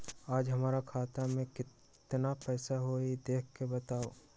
आज हमरा खाता में केतना पैसा हई देख के बताउ?